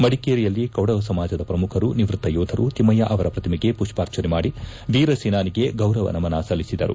ಮಡಿಕೇರಿಯಲ್ಲಿ ಕೊಡವ ಸಮಾಜದ ಪ್ರಮುಖರು ನಿವೃತ್ತ ಯೋಧರು ತಿಮ್ಮಯ್ಕ ಅವರ ಪ್ರತಿಮೆಗೆ ಪುಷ್ಪಾರ್ಚನೆ ಮಾಡಿ ವೀರಸೇನಾನಿಗೆ ಗೌರವ ನಮನ ಸಲ್ಲಿಸಿದರು